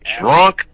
drunk